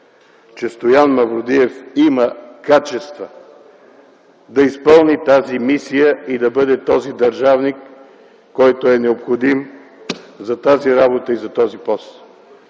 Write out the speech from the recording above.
че Стоян Мавродиев има качества да изпълни тази мисия и да бъде този държавник, който е необходим за тази работа и за този пост?